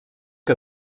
que